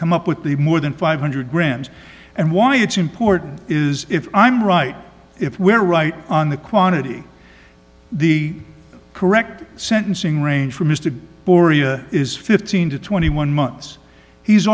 come up with the more than five hundred grams and why it's important is if i'm right if we're right on the quantity the correct sentencing range for mr boria is fifteen to twenty one months he's